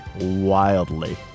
wildly